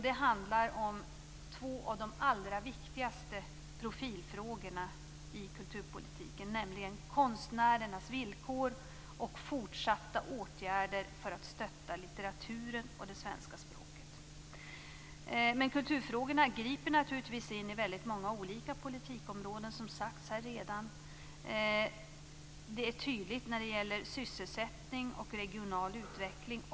Det handlar om två av de allra viktigaste profilfrågorna i kulturpolitiken, nämligen konstnärernas villkor och fortsatta åtgärder för att stötta litteraturen och det svenska språket. Men kulturfrågorna griper naturligtvis in i väldigt många olika politikområden, som sagts här redan. Det är tydligt när det gäller sysselsättning och regional utveckling.